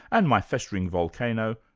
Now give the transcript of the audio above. and my festering volcano,